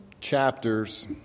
chapters